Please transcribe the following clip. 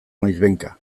noizbehinka